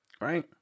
Right